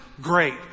great